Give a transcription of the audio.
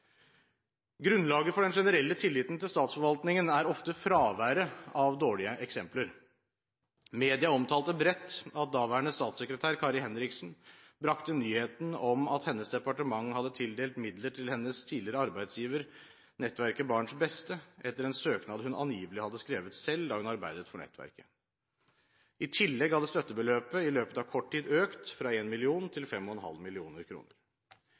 Grunnlaget for den generelle tilliten til statsforvaltningen er ofte fraværet av dårlige eksempler. Media omtalte bredt at daværende statssekretær Kari Henriksen brakte nyheten om at hennes departement hadde tildelt midler til hennes tidligere arbeidsgiver, nettverket Barns Beste, etter en søknad hun angivelig hadde skrevet selv da hun arbeidet for nettverket. I tillegg hadde støttebeløpet i løpet av kort tid økt fra 1 mill. kr til 5,5